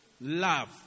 Love